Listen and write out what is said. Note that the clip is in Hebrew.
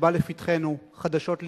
שבא לפתחנו חדשות לבקרים,